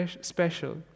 special